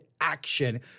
action